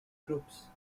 groups